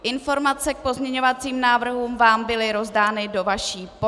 Informace k pozměňovacím návrhům vám byly rozdány do vaší pošty.